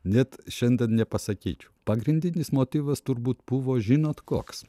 net šiandien nepasakyčiau pagrindinis motyvas turbūt buvo žinot koks